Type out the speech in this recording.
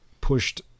pushed